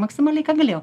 maksimaliai ką galėjau